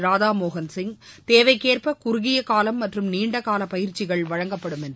ராதாமோகள் சிங் தேவைக்கேற்ப குறுகியகாலம் மற்றும் நீண்டகால பயிற்சிகள் வழங்கப்படும் என்றார்